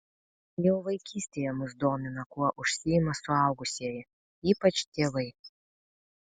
jau vaikystėje mus domina kuo užsiima suaugusieji ypač tėvai